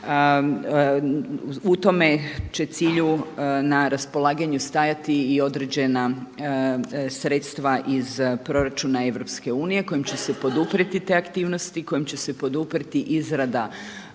U tome će cilju na raspolaganju stajati i određena sredstva iz proračuna EU kojim će se poduprijeti te aktivnosti, kojim će se poduprijeti izrada